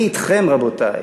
אני אתכם, רבותי.